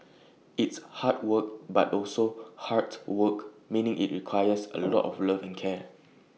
it's hard work but also 'heart' work meaning IT requires A lot of love and care